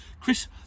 Chris